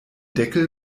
deckel